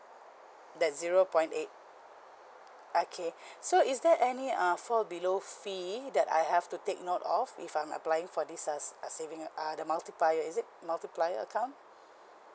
that zero point eight okay so is there any uh fall below fee that I have to take note of if I'm applying for this uh uh saving uh the multiplier is it multiplier account